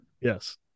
Yes